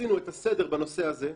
שעשינו את הסדר בנושא הזה,